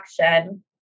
action